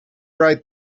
right